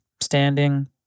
standing